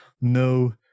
no